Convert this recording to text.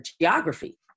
geography